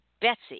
Betsy